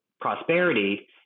prosperity